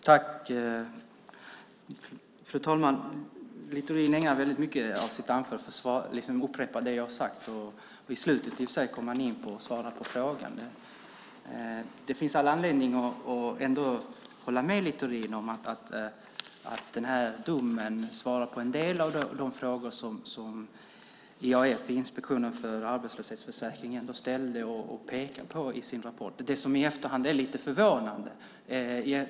Fru talman! Littorin ägnade väldigt mycket av sitt anförande åt att upprepa det jag har sagt. I slutet kom han i och för in på att svara på frågan. Det finns all anledning att ändå hålla med Littorin om att den här domen svarar på en del av de frågor som IAF, Inspektionen för arbetslöshetsförsäkringen, ställde och pekade på i sin rapport. Det finns något som i efterhand är lite förvånande.